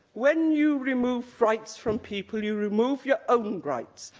when you remove rights from people, you remove your own rights,